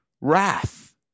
wrath